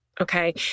Okay